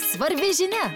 svarbi žinia